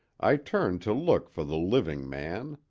i turned to look for the living man.